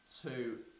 two